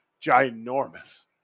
ginormous